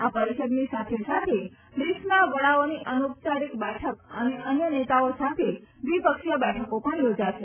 આ પરિષદની સાથે સાથે બ્રીકસના વડાઓની અનોપચારિક બેઠક અને અન્ય નેતાઓ સાથે દ્વિપક્ષીય બેઠકો પણ યોજાશે